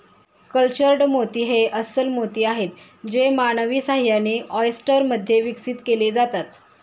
cultured मोती हे अस्स्ल मोती आहेत जे मानवी सहाय्याने, ऑयस्टर मध्ये विकसित केले जातात